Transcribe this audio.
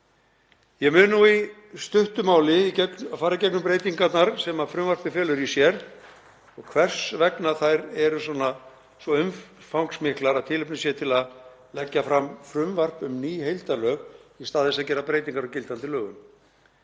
Ég mun nú í stuttu máli fara í gegnum breytingarnar sem frumvarpið felur í sér og hvers vegna þær eru svo umfangsmiklar að tilefni sé til að leggja fram frumvarp um ný heildarlög í stað þess að gera breytingar á gildandi lögum.